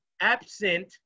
absent